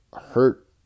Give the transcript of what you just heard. hurt